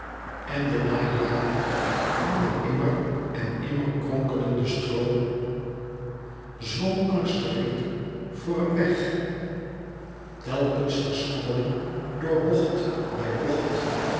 en de naïade van den immer en immer kronkelenden stroom zwom angstiglijk voor hem weg telkens verscholen door bocht bij bocht